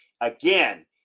Again